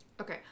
Okay